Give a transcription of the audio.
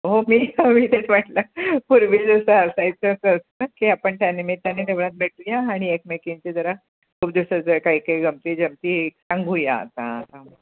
हो मी मी तेच म्हटलं पूर्वी जसं असायचं असं असतं की आपण त्यानिमित्ताने देवळात भेटूया आणि एकमेकींचे जरा खूप दिवसाचे जे काही गमती जमती सांगूया आता हां